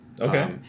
Okay